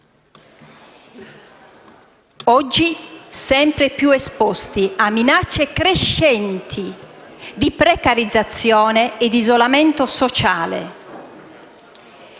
oggi sempre più esposti a minacce crescenti di precarizzazione e di isolamento sociale.